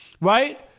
right